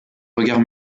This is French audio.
regard